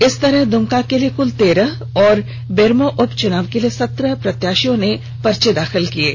इस तरह दुमंका के लिए कुल तेरह और बेरमो उपचुनाव के लिए सत्रह प्रत्याशियों ने दाखिल किया है